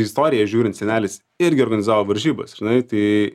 į istoriją žiūrint senelis irgi organizavo varžybas žinai tai